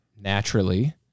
naturally